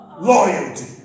loyalty